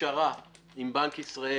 פשרה עם בנק ישראל